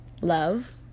love